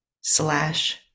slash